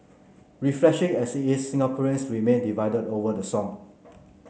refreshing as is Singaporeans remain divided over the song